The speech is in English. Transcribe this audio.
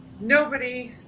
nobody,